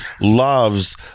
loves